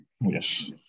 Yes